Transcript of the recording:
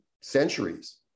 centuries